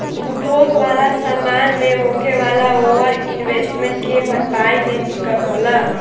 उपभोग वाला समान मे होखे वाला ओवर इन्वेस्टमेंट के भरपाई मे दिक्कत होला